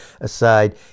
aside